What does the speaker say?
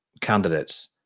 candidates